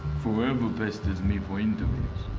forever pesters me for interviews.